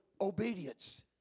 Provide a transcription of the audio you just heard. obedience